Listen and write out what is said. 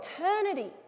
eternity